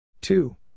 Two